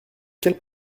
quelle